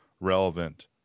relevant